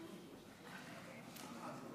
חבר הכנסת